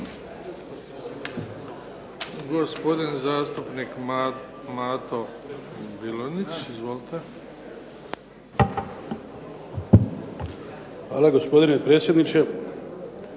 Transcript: Hvala. Gospodine predsjedniče,